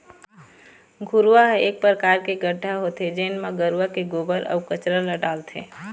घुरूवा ह एक परकार के गड्ढ़ा होथे जेन म गरूवा के गोबर, अउ कचरा ल डालथे